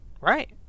right